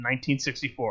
1964